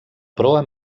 proa